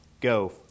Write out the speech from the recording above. go